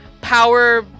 power